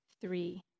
three